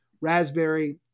raspberry